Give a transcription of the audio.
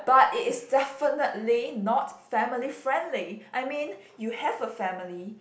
but it is definitely not family friendly I mean you have a family